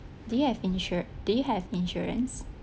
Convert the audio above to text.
do you have insur~ do you have insurance